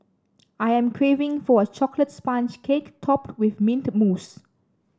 I am craving for a chocolate sponge cake topped with mint mousse